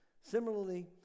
Similarly